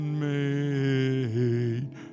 made